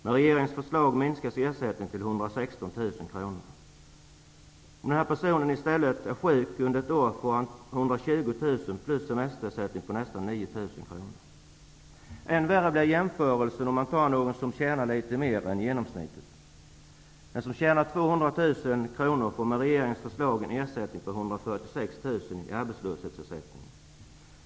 Med regeringens förslag minskas ersättningen till 116 000 kr. Om vederbörande i stället är sjuk under ett år får han Än värre blir jämförelsen om man tar någon som tjänar litet mera än genomsnittet. Den som tjänar 200 000 kr får med regeringens förslag ca 146 000 kr i arbetslöshetsersättning.